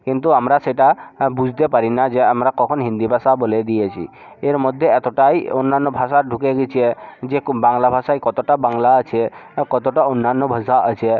কিন্তু আমরা সেটা বুঝতে পারি না যে আমরা কখন হিন্দি ভাষা বলে দিয়েছি এর মধ্যে এতোটাই অন্যান্য ভাষা ঢুকে গেছে যে কো বাংলা ভাষায় কতোটা বাংলা আছে কতোটা অন্যান্য ভাষা আছে